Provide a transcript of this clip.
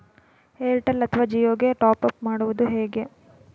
Airtel ಅಥವಾ ಜಿಯೊ ಗೆ top up ಮಾಡುವುದು ಹೇಗೆ?